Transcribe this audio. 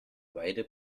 beide